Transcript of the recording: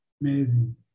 Amazing